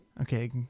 Okay